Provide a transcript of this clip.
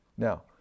Now